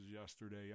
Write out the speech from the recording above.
yesterday